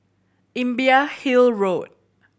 Imbiah Hill Road